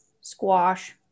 squash